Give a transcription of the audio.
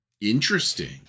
Interesting